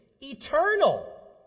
eternal